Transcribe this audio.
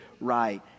right